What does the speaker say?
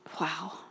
Wow